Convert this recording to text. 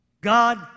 God